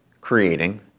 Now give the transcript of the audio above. creating